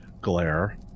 glare